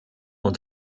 und